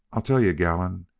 i tell you, gallon,